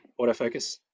autofocus